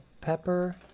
pepper